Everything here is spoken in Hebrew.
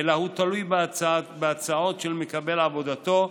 אלא הוא תלוי בהצעות של מקבל עבודתו,